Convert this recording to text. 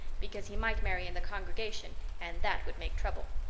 because he might marry in the congregation and that would make trouble.